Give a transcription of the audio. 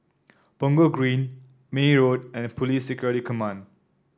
Punggol Green May Road and Police Security Command